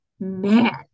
man